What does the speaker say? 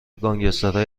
گانگسترهای